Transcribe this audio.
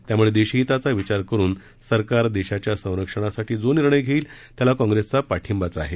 त्यामुळे देशहिताचा विचार करून सरकार देशाच्या संरक्षणासाठी जो निर्णय घेईल त्याला काँग्रेसचा पाठिंबाच आहे